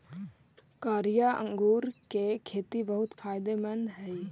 कारिया अंगूर के खेती बहुत फायदेमंद हई